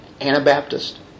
Anabaptist